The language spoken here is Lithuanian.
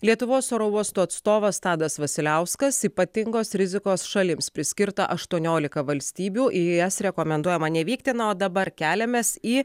lietuvos oro uostų atstovas tadas vasiliauskas ypatingos rizikos šalims priskirta aštuoniolika valstybių į jas rekomenduojama nevykti na o dabar keliamės į